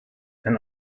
and